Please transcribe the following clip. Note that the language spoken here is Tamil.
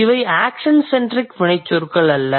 இவை ஆக்ஷன் செண்ட்ரிக் வினைச்சொற்கள் அல்ல